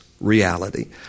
reality